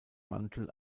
mantel